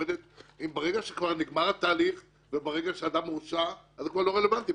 ברגע שכבר נגמר התהליך וברגע שאדם הורשע זה כבר לא רלוונטי.